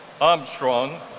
Armstrong